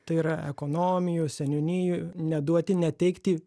tai yra ekonomijų seniūnijų neduoti neteikti